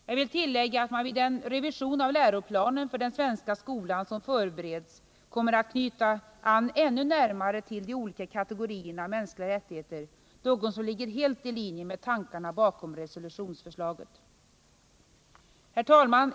Jag vill tillägga att man vid den revision av läroplanen för den svenska skolan vilken förbereds kommer att knyta an ännu närmare till de olika kategorierna av mänskliga rättigheter, något som ligger helt i linje med tankarna bakom resolutionsförslaget. Herr talman!